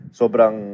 sobrang